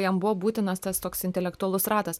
jam buvo būtinas tas toks intelektualus ratas